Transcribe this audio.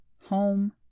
home